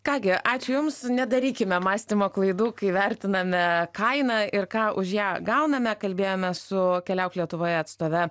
ką gi ačiū jums nedarykime mąstymo klaidų kai vertiname kainą ir ką už ją gauname kalbėjome su keliauk lietuvoje atstove